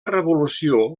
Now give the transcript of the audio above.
revolució